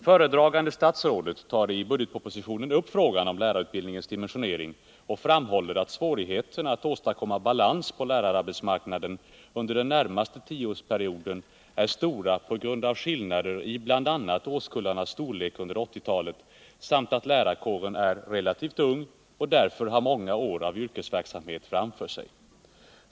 Föredragande statsrådet tar i budgetpropositionen upp frågan om lärarutbildningens dimensionering och framhåller att svårigheterna att åstadkomma balans på lärararbetsmarknaden under den närmaste tioårsperioden är stora på grund av skillnader i bl.a. årskullarnas storlek under 1980-talet samt av att lärarkåren är relativt ung och därför har många år av yrkesverksamhet framför sig.